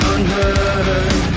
Unheard